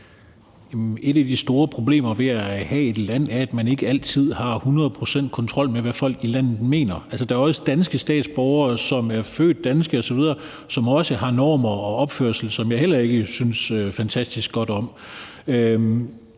et af de store problemer ved at have et land er, at man ikke altid har hundrede procent kontrol med, hvad folk i landet mener. Altså, der er jo også danske statsborgere, som er født danske osv., men som også har normer og en opførsel, som jeg heller ikke synes fantastisk godt om.